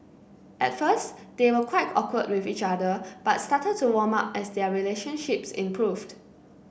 at first they were quite awkward with each other but started to warm up as their relationships improved